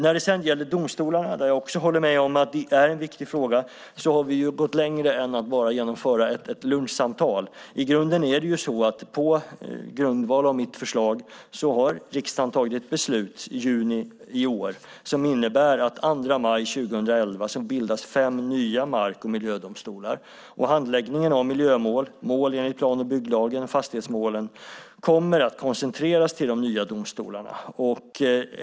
När det sedan gäller domstolarna, där jag också håller med om att det är en viktig fråga, har vi gått längre än att bara genomföra ett lunchsamtal. I grunden är det så att riksdagen på grundval av mitt förslag har tagit ett beslut i juni i år som innebär att det den 2 maj 2011 bildas fem nya mark och miljödomstolar. Handläggningen av miljömål enligt plan och bygglagen, fastighetsmålen, kommer att koncentreras till de nya domstolarna.